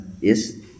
Yes